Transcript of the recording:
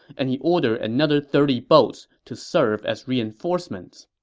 and he ordered another thirty boats to serve as reinforcements